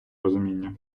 розуміння